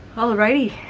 alrighty.